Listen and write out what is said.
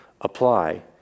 apply